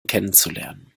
kennenzulernen